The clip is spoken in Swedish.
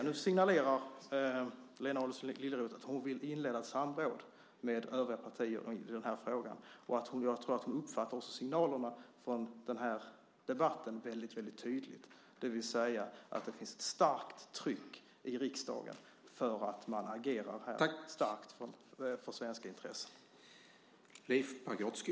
Nu signalerar Lena Adelsohn Liljeroth att hon vill inleda ett samråd med övriga partier i den här frågan, och jag tror också att hon uppfattar signalerna från den här debatten väldigt tydligt, det vill säga att det finns ett stort tryck i riksdagen för att man agerar starkt för svenska intressen här.